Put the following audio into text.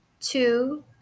two